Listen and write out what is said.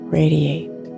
radiate